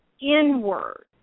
inward